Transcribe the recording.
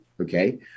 okay